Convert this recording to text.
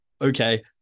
okay